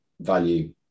value